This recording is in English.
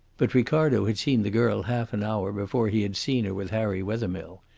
but ricardo had seen the girl half an hour before he had seen her with harry wethermill.